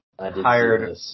hired